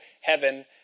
heaven